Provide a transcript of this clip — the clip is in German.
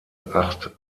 acht